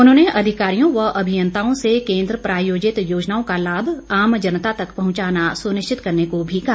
उन्होंने अधिकारियों व अभियंताओं से केंद्र प्रायोजित योजनाओं का लाभ आम जनता तक पहुंचाना सुनिश्चित करने को भी कहा